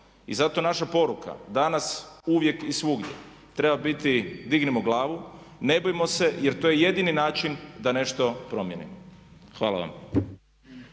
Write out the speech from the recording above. I zato je naša poruka danas uvijek i svugdje treba biti dignimo glavu, ne bojmo se jer to je jedini način da nešto promijenimo. Hvala vam.